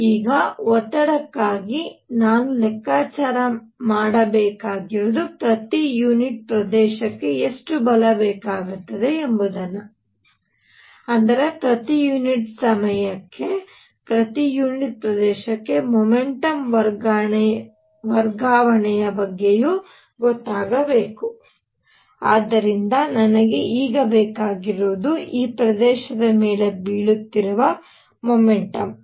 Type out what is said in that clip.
ಈಗ ಒತ್ತಡಕ್ಕಾಗಿ ನಾನು ಲೆಕ್ಕಾಚಾರ ಮಾಡಬೇಕಾಗಿರುವುದು ಪ್ರತಿ ಯೂನಿಟ್ ಪ್ರದೇಶಕ್ಕೆ ಎಷ್ಟು ಬಲ ಬೇಕಾಗುತ್ತದೆ ಎಂಬುದು ಅಂದರೆ ಪ್ರತಿ ಯುನಿಟ್ ಸಮಯಕ್ಕೆ ಪ್ರತಿ ಯುನಿಟ್ ಪ್ರದೇಶಕ್ಕೆ ಮೊಮೆಂಟಮ್ ವರ್ಗಾವಣೆಯ ಬಗ್ಗೆಯೂ ಗೊತ್ತಾಗಬೇಕು ಆದ್ದರಿಂದ ನನಗೆ ಈಗ ಬೇಕಾಗಿರುವುದು ಈ ಪ್ರದೇಶದ ಮೇಲೆ ಬೀಳುತ್ತಿರುವ ಮೊಮೆಂಟಮ್